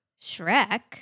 Shrek